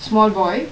small boy